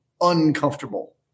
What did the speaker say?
uncomfortable